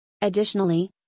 Additionally